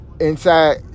Inside